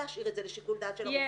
להשאיר את זה לשיקול דעת של הרופאים.